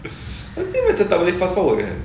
I think macam tak boleh fast forward kan